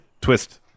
twist